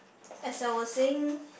as I was saying